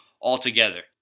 altogether